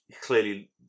clearly